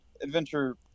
Adventure